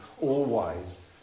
all-wise